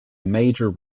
major